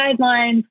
guidelines